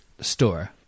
store